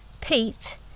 Pete